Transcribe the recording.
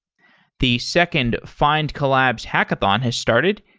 the second findcollabs hackathon has started.